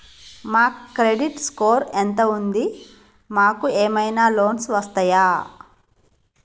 మా credit score ఎంత ఉంది? మాకు ఏమైనా లోన్స్ వస్తయా?